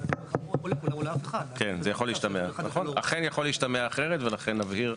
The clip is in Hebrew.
זה יכול להשתמע אכן ולכן נבהיר.